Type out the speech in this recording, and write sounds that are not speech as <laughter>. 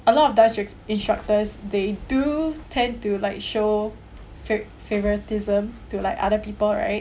a lot of dance <noise> instructors they do tend to like show <noise> favouritism to like other people right